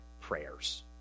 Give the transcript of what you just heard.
prayers